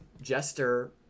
Jester